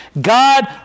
God